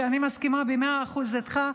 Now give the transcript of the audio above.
ואני מסכימה במאה אחוז איתך,